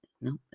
no